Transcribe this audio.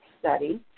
Study